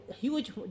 huge